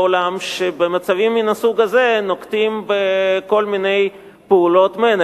שבמצבים מהסוג הזה נוקטות כל מיני פעולות מנע,